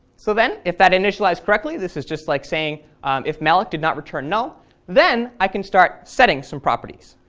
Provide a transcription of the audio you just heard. so then if that initialized correctly this is just like saying if malloc did not return null then i can start setting some properties.